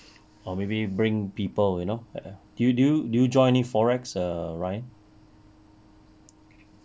or maybe you bring people you know di~ you di~ you did you join any forex err ryan